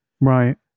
Right